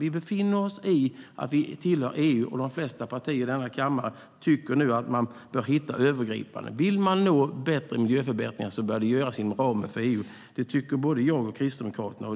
Vi befinner oss i den situationen att vi tillhör EU, och de flesta partier i denna kammare tycker att vi bör hitta övergripande lösningar. Vill vi nå ytterligare miljöförbättringar bör det ske inom ramen för EU. Det anser jag och Kristdemokraterna.